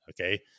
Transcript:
Okay